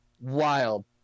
wild